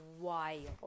wild